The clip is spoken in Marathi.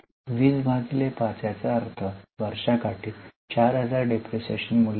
205 याचा अर्थ वर्षाकाठी 4000 डिप्रीशीएशन मूल्य आहे